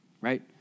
Right